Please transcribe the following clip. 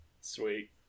Sweet